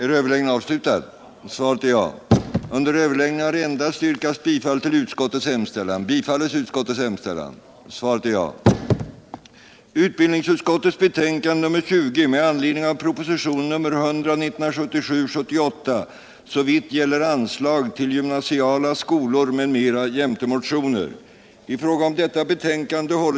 I fråga om detta betänkande hålles gemensam överläggning för samtliga punkter. Under den gemensamma överläggningen får yrkanden framställas beträffande samtliga punkter i betänkandet. I det följande redovisas endast de punkter, vid vilka under överläggningen framställts särskilda yrkanden.